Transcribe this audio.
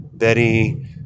Betty